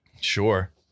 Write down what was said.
Sure